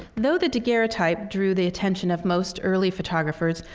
though the daguerreotype drew the attention of most early photographers,